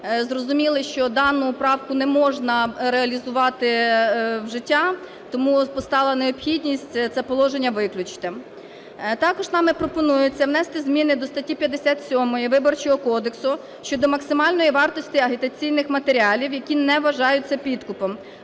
зрозуміли, що дану правку не можна реалізувати в життя, тому постала необхідність це положення виключити. Також нами пропонується внести зміни до статті 57 Виборчого кодексу щодо максимальної вартості агітаційних матеріалів, які не вважаються підкупом.